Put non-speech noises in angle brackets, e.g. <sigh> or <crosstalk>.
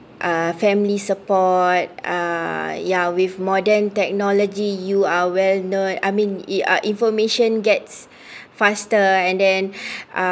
uh family support uh ya with modern technology you are well known I mean in~ uh information gets <breath> faster and then <breath> uh